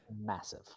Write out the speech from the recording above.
Massive